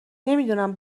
نمیدونم